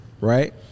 right